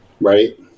right